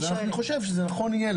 אני חושב שנכון יהיה,